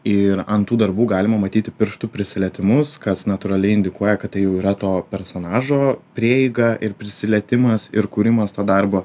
ir ant tų darbų galima matyti pirštų prisilietimus kas natūraliai indikuoja kad tai jau yra to personažo prieiga ir prisilietimas ir kūrimas to darbo